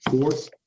Fourth